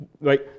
right